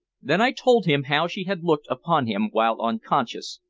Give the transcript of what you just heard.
then i told him how she had looked upon him while unconscious,